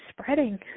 spreading